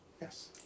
Yes